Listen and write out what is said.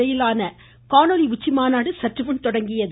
இடையிலான காணொலி உச்சிமாநாடு சற்றுமுன் தொடங்கியது